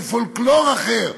עם פולקלור אחר,